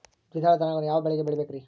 ದ್ವಿದಳ ಧಾನ್ಯಗಳನ್ನು ಯಾವ ಮಳೆಗೆ ಬೆಳಿಬೇಕ್ರಿ?